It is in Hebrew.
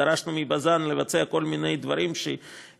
דרשנו מבז"ן לבצע כל מיני דברים שיחייבו